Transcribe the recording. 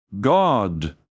God